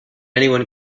anyone